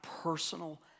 personal